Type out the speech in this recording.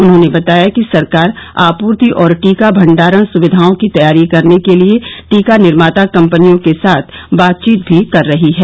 उन्होंने बताया कि सरकार आपूर्ति और टीका भंडारण सुविधाओं की तैयारी करने के लिए टीका निर्माता कंपनियों के साथ बातचीत भी कर रही है